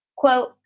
Quote